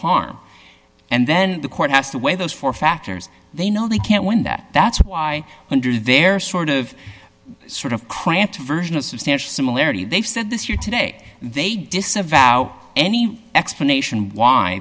harm and then the court has to weigh those four factors they know they can't win that that's why i wonder they're sort of sort of cramped version of substantial similarity they've said this year today they disavow any explanation why